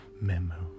memories